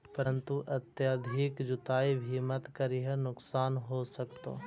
परंतु अत्यधिक जुताई भी मत करियह नुकसान हो सकतो